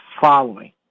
following